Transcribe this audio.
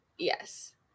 Yes